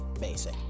basic